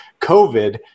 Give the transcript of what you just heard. COVID